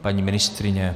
Paní ministryně?